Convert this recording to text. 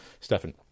Stefan